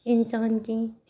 انسان کی